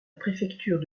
préfecture